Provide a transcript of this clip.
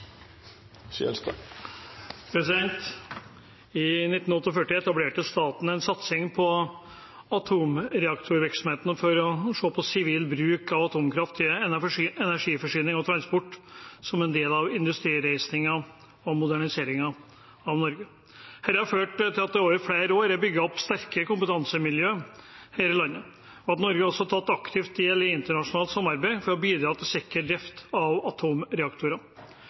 I 1948 etablerte staten en satsing på atomreaktorvirksomhet for å se på sivil bruk av atomkraft innenfor energiforsyning og transport, som en del av industrireisningen og moderniseringen av Norge. Dette har ført til at det over flere år er bygget opp sterke kompetansemiljøer her i landet, og at Norge også har tatt aktivt del i internasjonalt samarbeid for å bidra til sikker drift av